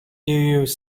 use